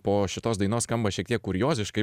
po šitos dainos skamba šiek tiek kurioziškai